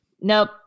Nope